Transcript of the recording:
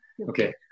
Okay